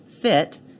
fit